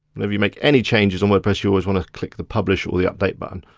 whenever you make any changes on wordpress, you always wanna click the publish or the update button.